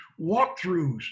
walkthroughs